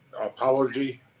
apology